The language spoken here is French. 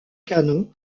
canon